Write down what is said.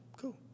cool